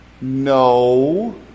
no